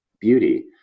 beauty